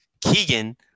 Keegan